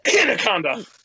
Anaconda